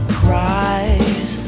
cries